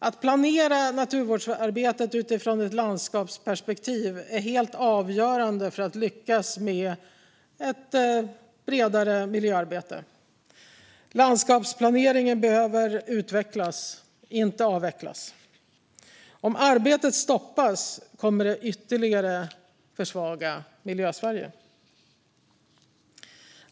Att planera naturvårdsarbetet utifrån ett landskapsperspektiv är helt avgörande för att lyckas med ett bredare miljöarbete. Landskapsplaneringen behöver utvecklas, inte avvecklas. Om arbetet stoppas kommer det att ytterligare försvaga Miljösverige.